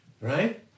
Right